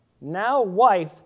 now-wife